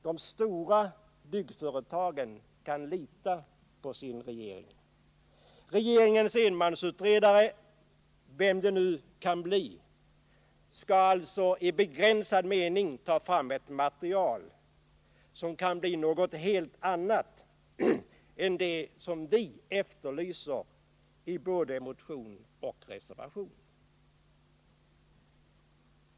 De stora byggföretagen kan lita på sin regering. Regeringens enmansutredare — vem det nu kan bli — skall alltså i begränsad mening ta fram ett material som kan bli något helt annat än det som vi efterlyser i både motion och reservation.